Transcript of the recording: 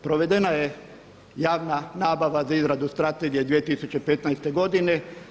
Provedena je javna nabava za izradu strategije 2015. godine.